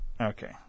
okay